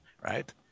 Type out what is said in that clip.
right